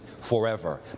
forever